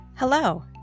Hello